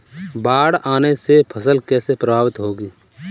बाढ़ आने से फसल कैसे प्रभावित होगी?